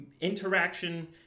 interaction